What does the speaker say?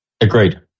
Agreed